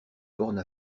borne